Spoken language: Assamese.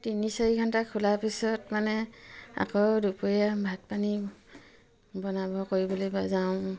তিনি চাৰি ঘণ্টা খোলাৰ পিছত মানে আকৌ দুপৰীয়া ভাত পানী বনাব কৰিবলৈ যাওঁ